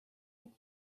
would